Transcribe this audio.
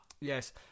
Yes